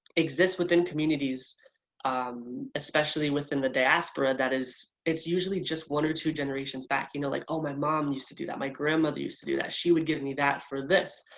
exists within communities especially within the diaspora that is. it's usually just one or two generations back. you know like oh my mom used to do that, my grandmother used to do that, she would give me that for this.